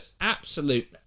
absolute